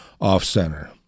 Off-Center